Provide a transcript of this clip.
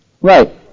Right